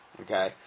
Okay